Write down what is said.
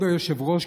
כבוד היושב-ראש,